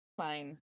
fine